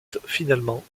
finalement